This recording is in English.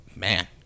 Man